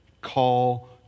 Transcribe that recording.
call